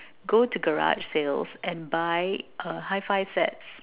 go to garage sales and buy uh hi fi sets